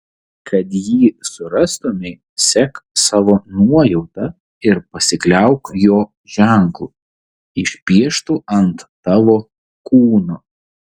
kad jį surastumei sek savo nuojauta ir pasikliauk jo ženklu išpieštu ant tavo kūno